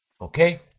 Okay